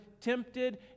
tempted